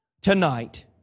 Tonight